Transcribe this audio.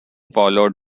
followed